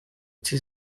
cy’i